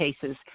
cases